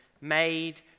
made